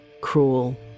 cruel